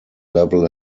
level